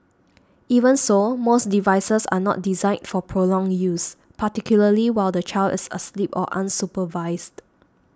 even so most devices are not designed for prolonged use particularly while the child is asleep or unsupervised